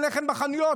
אין לחם בחנויות.